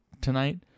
tonight